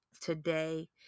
today